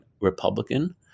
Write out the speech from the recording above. Republican